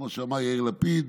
כמו שאמר יאיר לפיד: